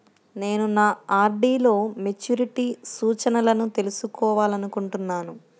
నేను నా ఆర్.డీ లో మెచ్యూరిటీ సూచనలను తెలుసుకోవాలనుకుంటున్నాను